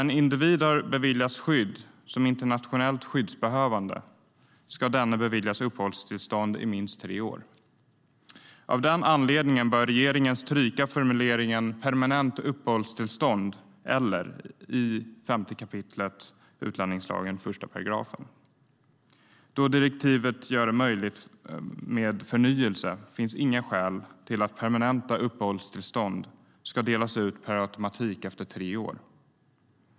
En individ som har beviljats skydd som internationellt skyddsbehövande ska beviljas uppehållstillstånd i minst tre år. Av den anledningen bör regeringen stryka formuleringen "permanent uppehållstillstånd eller" i 5 kap. 1 § utlänningslagen. Då direktivet gör det möjligt med förnyelse finns inga skäl till att permanenta uppehållstillstånd ska delas ut per automatik efter tre år.